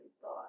thought